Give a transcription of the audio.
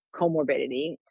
comorbidity